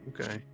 okay